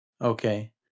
Okay